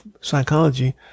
Psychology